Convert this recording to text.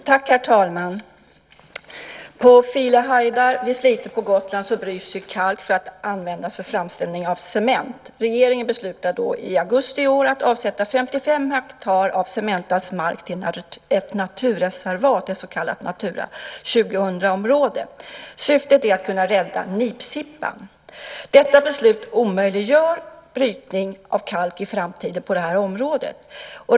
Herr talman! På Filehajdar vid Slite på Gotland bryts kalk för att användas för framställning av cement. Regeringen beslutade i augusti i år att avsätta 55 hektar av Cementas mark till ett naturreservat, ett så kallat Natura 2000-område. Syftet är att kunna rädda nipsippan. Detta beslut omöjliggör brytning av kalk i framtiden på det området.